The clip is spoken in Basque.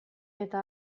eta